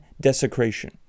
desecration